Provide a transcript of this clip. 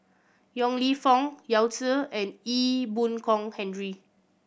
Yong Lew Foong Yao Zi and Ee Boon Kong Henry